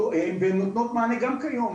והן נותנות מענה גם כיום,